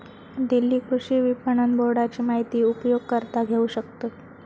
दिल्ली कृषि विपणन बोर्डाची माहिती उपयोगकर्ता घेऊ शकतत